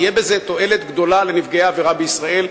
תהיה בזה תועלת גדולה לנפגעי העבירה בישראל.